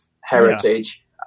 heritage